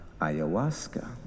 ayahuasca